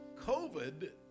COVID